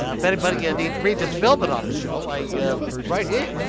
yeah if anybody ah, needs regis philbin on a show, i yeah right here!